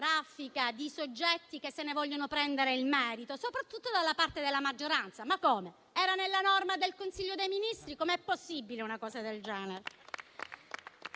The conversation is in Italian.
di soggetti che se ne vogliono prendere il merito, soprattutto dalla parte della maggioranza. Ma come, era nella norma del Consiglio dei ministri, quindi com'è possibile una cosa del genere?